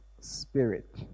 spirit